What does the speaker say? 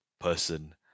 person